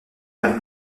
vers